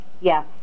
Yes